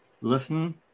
listen